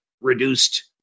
reduced